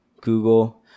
Google